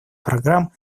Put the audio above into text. программ